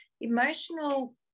emotional